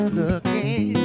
looking